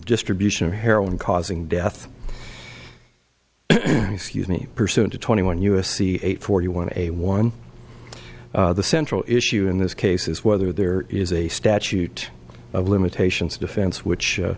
distribution of heroin causing death excuse me pursuant to twenty one u s c eight forty one a one the central issue in this case is whether there is a statute of limitations defense which